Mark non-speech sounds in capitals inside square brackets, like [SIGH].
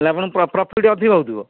ହେଲେ ଆପଣଙ୍କ [UNINTELLIGIBLE] ପ୍ରଫିଟ୍ ଅଧିକ ହେଉଥିବ